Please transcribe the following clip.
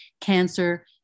cancer